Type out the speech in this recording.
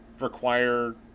require